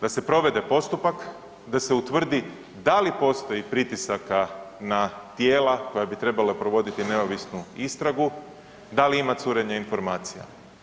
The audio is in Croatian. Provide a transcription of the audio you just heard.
Da se provede postupak, da se utvrdi da li postoji pritisaka na tijela koja bi trebala provoditi neovisnu istragu, da li ima curenja informacija.